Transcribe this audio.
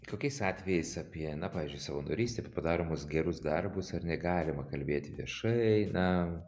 kokiais atvejais apie na pavyzdžiui savanorystė daromus gerus darbus ar ne galima kalbėti viešai na